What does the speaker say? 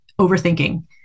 overthinking